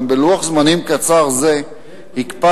גם בלוח זמנים קצר זה הקפדנו,